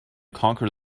conquer